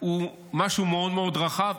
הוא משהו מאוד מאוד רחב.